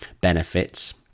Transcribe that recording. benefits